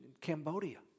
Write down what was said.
Cambodia